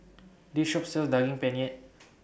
This Shop sells Daging Penyet